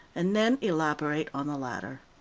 and then elaborate on the latter.